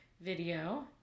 video